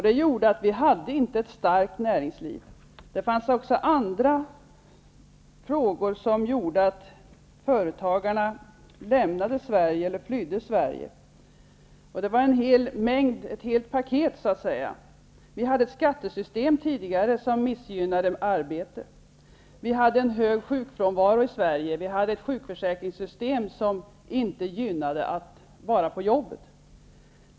Det medförde att vi inte fick ett starkt näringsliv. Det fanns även andra frågor som bidrog till att företagarna flydde Sverige. Det gällde ett helt paket. Vi hade tidigare ett skattesystem som missgynnade arbete. Vi hade en hög sjukfrånvaro i Sverige och ett sjukförsäkringssystem som inte gynnade att man var på jobbet.